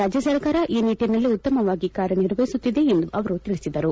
ರಾಜ್ಯ ಸರ್ಕಾರ ಈ ನಿಟ್ಟನಲ್ಲಿ ಉತ್ತಮವಾಗಿ ಕಾರ್ಯ ನಿರ್ವಹಿಸುತ್ತಿದೆ ಎಂದು ಅವರು ತಿಳಿಸಿದರು